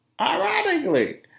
Ironically